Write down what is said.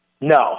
No